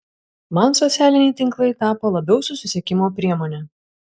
man socialiniai tinklai tapo labiau susisiekimo priemone